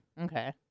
Okay